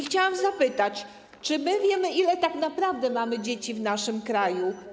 Chciałam zapytać, czy wiemy, ile tak naprawdę mamy dzieci w naszym kraju.